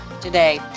today